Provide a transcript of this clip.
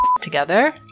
Together